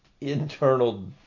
internal